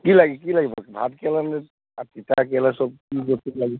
কি লাগে কি লাগিব ভাত কেৰেলা নে তিতা কেৰেলা চব কি বস্তু লাগে